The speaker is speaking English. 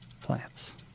Plants